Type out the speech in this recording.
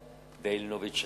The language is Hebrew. והמיוחד במינו של המאה ה-20.